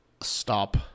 stop